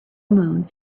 moon